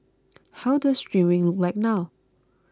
how does streaming look like now